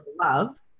love